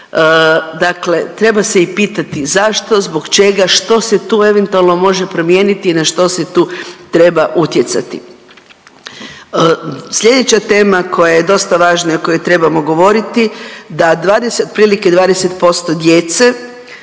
Dakle, treba se i pitati zašto, zbog čega, što se tu eventualno može promijeniti i na što se tu treba utjecati. Slijedeća tema koja je dosta važna i o kojoj trebamo govoriti da 20, otprilike 20% djece